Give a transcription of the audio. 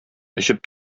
эчеп